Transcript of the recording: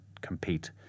compete